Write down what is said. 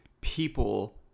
people